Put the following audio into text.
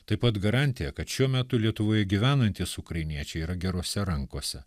taip pat garantiją kad šiuo metu lietuvoje gyvenantys ukrainiečiai yra gerose rankose